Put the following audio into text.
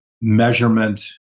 measurement